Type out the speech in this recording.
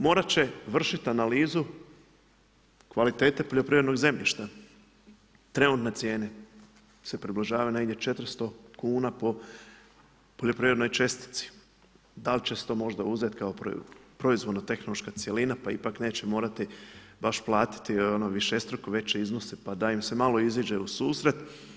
Morat će vršit analizu kvalitete poljoprivrednog zemljišta, trenutne cijene se približavaju negdje 400 kuna po poljoprivrednoj čestici, da li će se to možda uzeti kao … tehnološka cjelina pa ipak neće morati baš platiti višestruko veće iznose, pa da im se malo iziđe u susret.